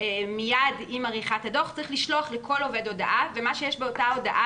מיד עם עריכת הדוח צריך לשלוח לכל עובד הודעה ומה שיש באותה הודעה